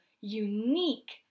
unique